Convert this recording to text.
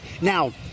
Now